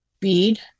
bead